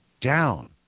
down